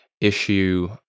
issue